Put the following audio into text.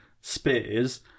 spears